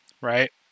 right